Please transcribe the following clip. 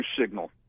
signal